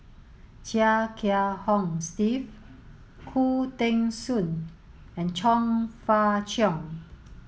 Chia Kiah Hong Steve Khoo Teng Soon and Chong Fah Cheong